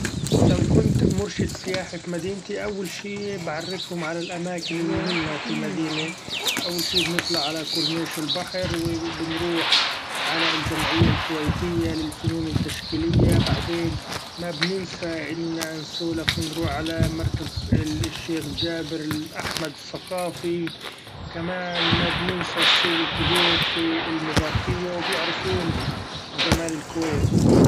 لو كنت مرشد سياحي في مدينتي، أول شي بعرفهم على الاماكن المهمة في المدينة، أول شي بنطلع علي كورنيش البحر وبنروح علي الچمعية الكويتية للفنون التشكيلية، بعدين ما بننسى إننا نسولف ونروح على مركز الشيخ چابر الاحمد الثقافي، كمإن ما بننسى السوق الكبير في المباركية وبيعرفون چمال الكويت.